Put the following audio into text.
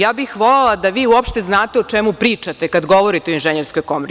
Ja bih volela da vi uopšte znate o čemu pričate kada govorite o Inženjerskoj komori.